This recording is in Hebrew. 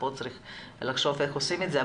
צריך לחשוב איך עושים את זה,